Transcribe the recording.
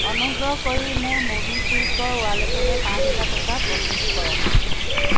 অনুগ্ৰহ কৰি মোৰ ম'বিকুইকৰ ৱালেটলৈ পাঁচ হেজাৰ টকা প্ৰ'চেছ কৰক